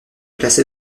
placée